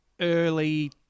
early